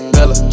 Bella